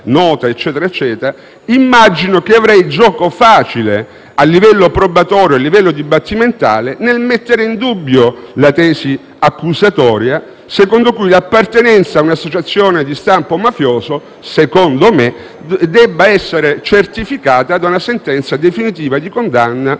416-*bis* sia nota, immagino che avrei gioco facile, a livello probatorio e a livello dibattimentale, nel mettere in dubbio la tesi accusatoria, perché l'appartenenza a un'associazione di stampo mafioso, a mio avviso, dovrebbe essere certificata da una sentenza definitiva di condanna